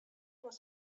was